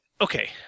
okay